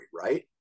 right